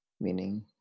Meaning